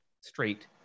straight